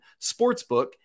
sportsbook